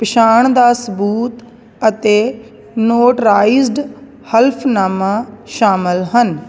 ਪਛਾਣ ਦਾ ਸਬੂਤ ਅਤੇ ਨੋਟਰਾਈਜ਼ਡ ਹਲਫ਼ਨਾਮਾ ਸ਼ਾਮਲ ਹਨ